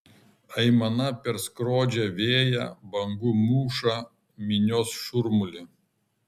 aimana perskrodžia vėją bangų mūšą minios šurmulį